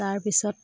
তাৰপিছত